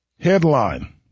Headline